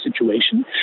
situation